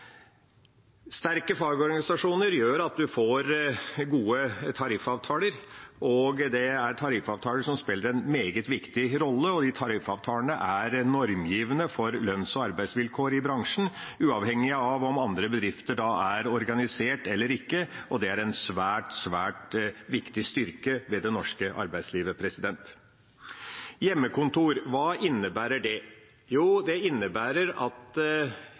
Sterke fagorganisasjoner gjør at en får gode tariffavtaler, og det er tariffavtaler som spiller en meget viktig rolle. Tariffavtalene er normgivende for lønns- og arbeidsvilkår i bransjen, uavhengig av om andre bedrifter er organisert eller ikke, og det er en svært viktig styrke ved det norske arbeidslivet. Hjemmekontor, hva innebærer det? Jo, det innebærer at